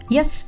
Yes